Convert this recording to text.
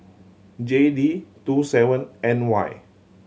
J D two seven N Y